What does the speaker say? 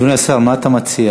אדוני השר, מה אתה מציע?